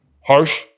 harsh